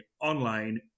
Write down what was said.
online